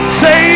say